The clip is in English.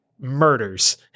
murders